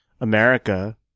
America